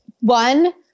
One